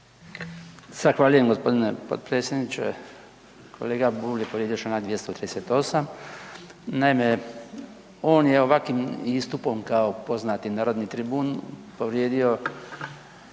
Zahvaljujem gospodine potpredsjedniče. Kolega Bulj je povrijedio čl. 238., naime on je ovakvim istupom kao poznati narodni tribun povrijedio